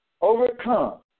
overcome